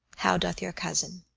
how doth your cousin?